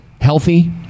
healthy